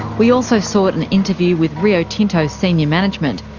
we also sought an interview with rio tinto senior management,